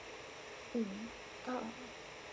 mm (uh huh)